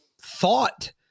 thought